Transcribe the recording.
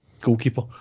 goalkeeper